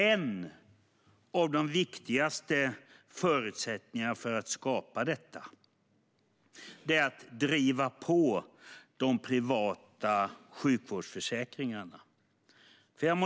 En av de viktigaste förutsättningarna för att skapa detta är att driva på de privata sjukvårdsförsäkringarna.